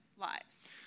lives